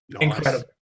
Incredible